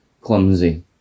clumsy